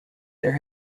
there